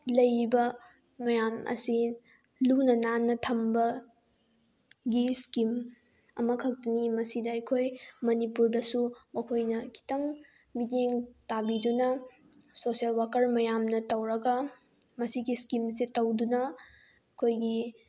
ꯂꯩꯔꯤꯕ ꯃꯌꯥꯝ ꯑꯁꯤ ꯂꯨꯅ ꯅꯥꯟꯅ ꯊꯝꯕꯒꯤ ꯏꯁꯀꯤꯝ ꯑꯃꯈꯛꯇꯅꯤ ꯃꯁꯤꯗ ꯑꯩꯈꯣꯏ ꯃꯅꯤꯄꯨꯔꯗꯁꯨ ꯃꯈꯣꯏꯅ ꯈꯤꯇꯪ ꯃꯤꯠꯌꯦꯡ ꯇꯥꯕꯤꯗꯨꯅ ꯁꯣꯁꯦꯜ ꯋꯥꯀꯔ ꯃꯌꯥꯝꯅ ꯇꯧꯔꯒ ꯃꯁꯤꯒꯤ ꯏꯁꯀꯤꯝꯁꯦ ꯇꯧꯗꯨꯅ ꯑꯩꯈꯣꯏꯒꯤ